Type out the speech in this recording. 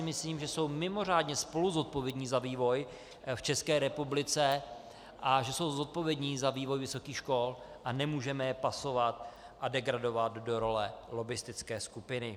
Myslím si, že jsou mimořádně spoluzodpovědní za vývoj v České republice a že jsou zodpovědní za vývoj vysokých škol a nemůžeme je pasovat a degradovat do role lobbistické skupiny.